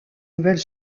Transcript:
nouvelle